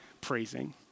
praising